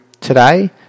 today